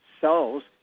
cells